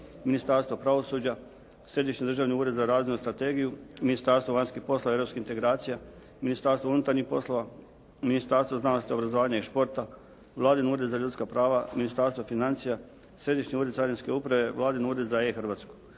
Ministarstvo pravosuđa, Središnji državni ured za razvojnu strategiju, Ministarstvo vanjskih poslova i europskih integracija, Ministarstvo unutarnjih poslova, Ministarstvo znanosti, obrazovanja i športa, Vladin Ured za ljudska prava, Ministarstvo financija, Središnji ured carinske uprave, Vladin Ured za E Hrvatsku,